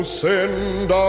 send